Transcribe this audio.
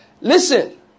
Listen